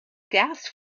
gas